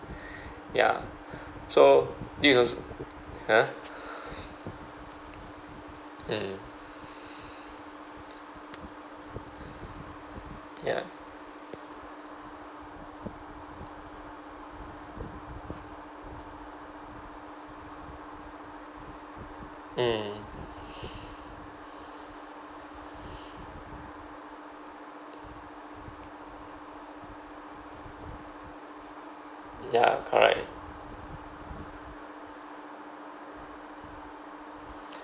ya so this als~ !huh! mm ya mm ya correct